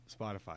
spotify